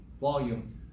volume